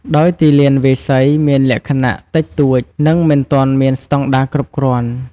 ដោយ ទីលានវាយសី មានលក្ខណៈ តិចតួច និងមិនទាន់មានស្តង់ដារគ្រប់គ្រាន់។